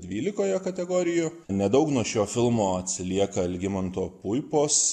dvylikoje kategorijų nedaug nuo šio filmo atsilieka algimanto puipos